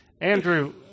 Andrew